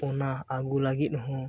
ᱚᱱᱟ ᱟᱹᱜᱩ ᱞᱟᱹᱜᱤᱫ ᱦᱚᱸ